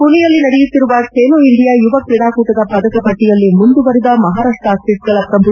ಪುಣೆಯಲ್ಲಿ ನಡೆಯುತ್ತಿರುವ ಖೇಲೋ ಇಂಡಿಯಾ ಯುವ ಕ್ರೀಡಾಕೂಟದ ಪದಕ ಪಟ್ಟಿಯಲ್ಲಿ ಳು ಮುಂದುವರಿದ ಮಹಾರಾಷ್ಟ್ ಅಥೀಟ್ಗಳ ಪ್ರಭುತ್ತ